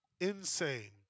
Insane